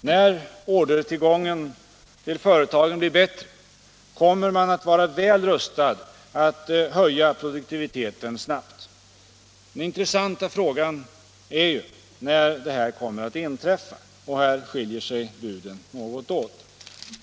När ordertillgången i företagen blir bättre kommer man att vara väl rustad att höja produktiviteten snabbt. Den intressanta frågan är ju när detta kommer att inträffa. Här skiljer sig buden något åt.